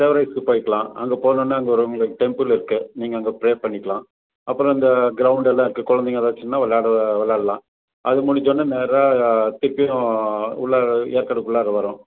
அங்கே போனன்னா அங்கே ஒரு உங்களுக்கு டெம்பிள் இருக்கு நீங்கள் அங்கே ப்ரேயர் பண்ணிக்கலாம் அப்புறம் இந்த க்ரௌண்ட் எல்லாம் இருக்கு குழந்தைங்க எதாச்சுனா விளையாடு விளையாடலாம் அது முடிச்சோன்ன நேராக திருப்பியும் உள்ளார ஏற்காடுக்குள்ளார வரும்